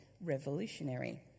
revolutionary